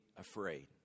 afraid